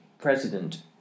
president